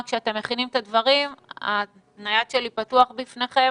כשאתם מכינים את הדברים הנייד שלי פתח בפניכם.